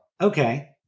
okay